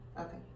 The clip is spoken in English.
Okay